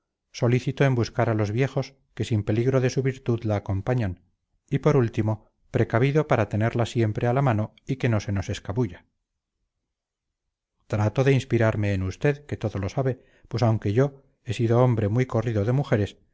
solícito en buscar a los viejos que sin peligro de su virtud la acompañan y por último precavido para tenerla siempre a la mano y que no se nos escabulla trato de inspirarme en usted que todo lo sabe pues aunque yo he sido hombre muy corrido de mujeres